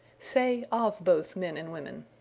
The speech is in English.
say, of both men and women.